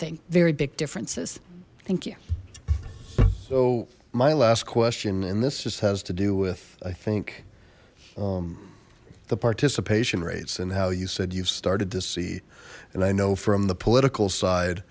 thing very big differences thank you so my last question and this just has to do with i think the participation rates and how you said you've started to see and i know from the political side